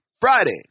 Friday